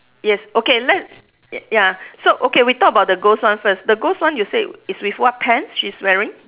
yes okay let ya so okay we talk about the ghost one first the ghost one you say is with what pants she's wearing